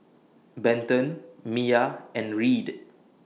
Benton Miya and Reed